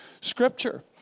Scripture